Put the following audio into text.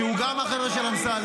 שהוא גם החבר'ה של אמסלם.